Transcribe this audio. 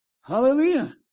Hallelujah